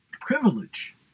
privilege